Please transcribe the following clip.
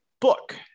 book